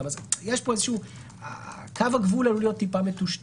אז קו הגבול עלול להיות קצת מטושטש.